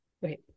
Wait